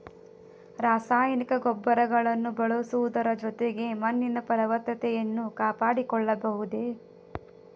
ರಾಸಾಯನಿಕ ಗೊಬ್ಬರಗಳನ್ನು ಬಳಸುವುದರ ಜೊತೆಗೆ ಮಣ್ಣಿನ ಫಲವತ್ತತೆಯನ್ನು ಕಾಪಾಡಿಕೊಳ್ಳಬಹುದೇ?